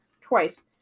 Twice